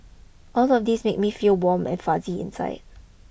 all of these make me feel warm and fuzzy inside